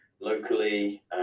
locally